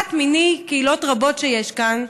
אחת מני קהילות רבות שיש כאן,